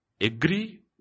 Agree